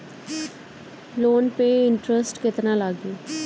Loan पे interest केतना लागी?